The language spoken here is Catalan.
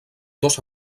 dos